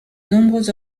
nombreux